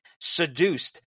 seduced